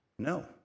No